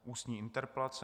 Ústní interpelace